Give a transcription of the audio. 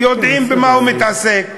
יודעים במה הוא מתעסק.